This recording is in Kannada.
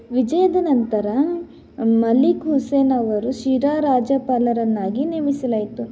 ವಿಜಯದ ನಂತರ ಮಲ್ಲಿಕ್ ಹುಸೇನ್ ಅವರು ಶಿರಾ ರಾಜ್ಯಪಾಲರನ್ನಾಗಿ ನೇಮಿಸಲಾಯಿತು